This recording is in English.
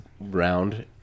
Round